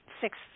six